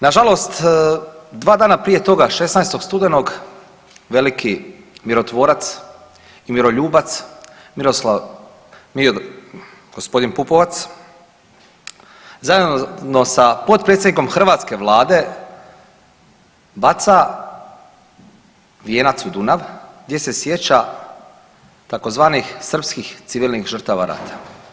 Nažalost, dva dana prije toga, 16. studenog, veliki mirotvorac i miroljubac, Miroslav, gospodin Pupovac, zajedno sa potpredsjednikom hrvatske Vlade, baca vijenac u Dunav, gdje se sjeća tzv. srpskih civilnih žrtava rata.